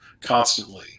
constantly